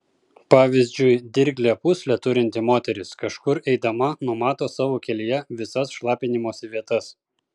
pavyzdžiui dirglią pūslę turinti moteris kažkur eidama numato savo kelyje visas šlapinimosi vietas